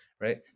right